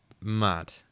mad